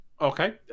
Okay